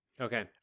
Okay